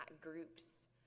group's